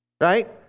Right